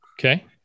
Okay